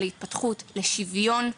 להתפתחות ולשוויון.